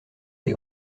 ses